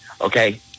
Okay